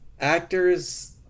actors